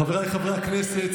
חבריי חברי הכנסת,